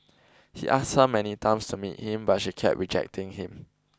he asked her many times to meet him but she kept rejecting him